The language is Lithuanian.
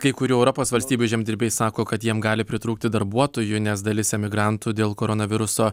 kai kurių europos valstybių žemdirbiai sako kad jiem gali pritrūkti darbuotojų nes dalis emigrantų dėl koronaviruso